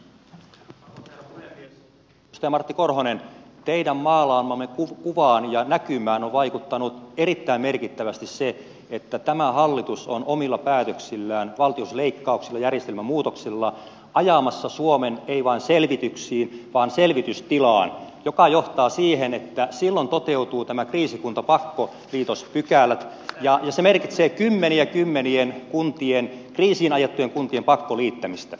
edustaja martti korhonen teidän maalaamaanne kuvaan ja näkymään on vaikuttanut erittäin merkittävästi se että tämä hallitus on omilla päätöksillään valtionosuusleikkauksillaan järjestelmämuutoksillaan ajamassa suomen ei vain selvityksiin vaan selvitystilaan joka johtaa siihen että silloin toteutuu tämä kriisikuntapakkoliitospykälä ja se merkitsee kymmenien kymmenien kuntien kriisiin ajettujen kuntien pakkoliittämistä